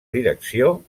direcció